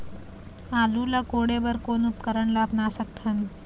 आलू ला कोड़े बर कोन उपकरण ला अपना सकथन?